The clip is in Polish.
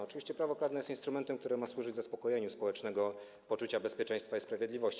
Oczywiście prawo karne jest instrumentem, który ma służyć zaspokojeniu społecznego poczucia bezpieczeństwa i sprawiedliwości.